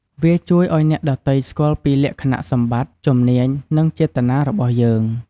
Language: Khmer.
វាជួយឱ្យអ្នកដទៃស្គាល់ពី លក្ខណៈសម្បត្តិ ជំនាញ និងចេតនារបស់យើង ។